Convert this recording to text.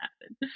happen